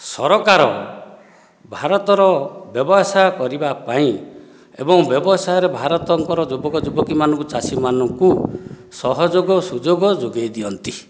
ସରକାର ଭାରତର ବ୍ୟବସାୟ କରିବା ପାଇଁଁ ଏବଂ ବ୍ୟବସାୟରେ ଭାରତର ଯୁବକ ଯୁବତୀ ଚାଷୀମାନଙ୍କୁ ସହଯୋଗ ସୁଯୋଗ ଯୋଗେଇ ଦିଅନ୍ତି